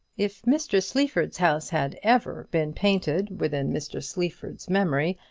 if mr. sleaford's house had ever been painted within mr sleaford's memory,